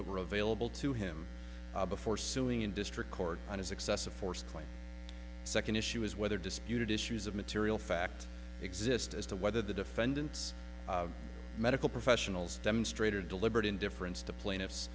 that were available to him before suing in district court on his excessive force claim second issue is whether disputed issues of material fact exist as to whether the defendant's medical professionals demonstrator deliberate indifference to plaintiff